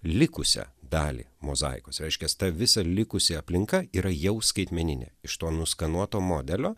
likusią dalį mozaikos reiškias ta visa likusi aplinka yra jau skaitmeninė iš to nuskanuoto modelio